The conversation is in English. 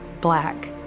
black